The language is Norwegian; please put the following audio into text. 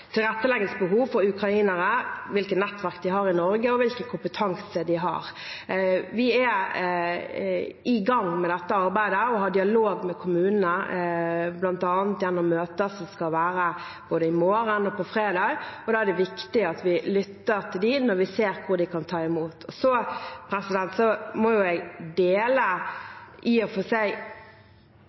for ukrainere – hvilke nettverk de har i Norge, og hvilken kompetanse de har. Vi er i gang med dette arbeidet og har dialog med kommunene, bl.a. gjennom møter som skal være både i morgen og på fredag, og da er det viktig at vi lytter til dem når vi ser hvor de kan ta imot. Så må jeg i og for seg dele